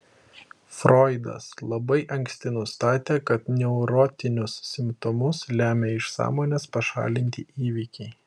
froidas labai anksti nustatė kad neurotinius simptomus lemia iš sąmonės pašalinti įvykiai